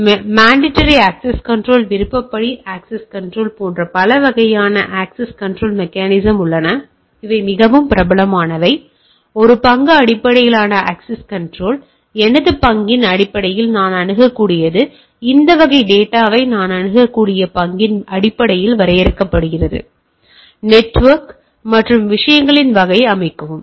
எனவே mandatory access control விருப்பப்படி access control போன்ற பல்வேறு வகையான அக்சஸ் கன்றோல் மெக்கானிசம் உள்ளன மிகவும் பிரபலமானது ஒரு பங்கு அடிப்படையிலான அக்சஸ் கன்றோல் எனது பங்கின் அடிப்படையில் நான் அணுகக்கூடியது இந்த வகை டேட்டாவை நான் அணுகக்கூடிய பங்கின் அடிப்படையில் வரையறுக்கப்படுகிறது நெட்வொர்க் மற்றும் விஷயங்களின் வகை அமைக்கவும்